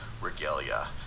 regalia